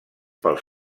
pels